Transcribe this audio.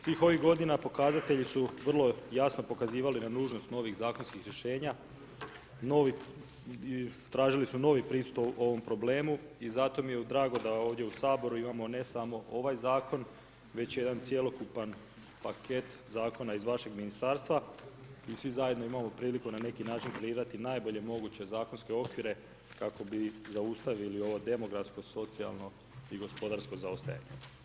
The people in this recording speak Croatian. Svih ovih godinama pokazatelji su vrlo jasno pokazivali na nužnost novih zakonskih rješenja, tražili su novi pristup ovom problemu i zato mi je drago da ovdje u Saboru imamo ne samo ovaj zakon, već jedan cjelokupan paket zakona iz vašeg ministarstva i svi zajedno imamo priliku na neki način kreirati najbolje moguće zakonske okvire kako bi zaustavili ovo demografsko socijalno i gospodarsko zaostajanje.